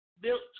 built